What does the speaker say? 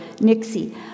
Nixie